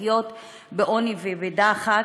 לחיות בעוני ובדוחק,